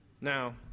Now